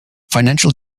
financial